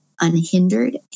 unhindered